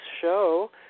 show